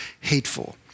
hateful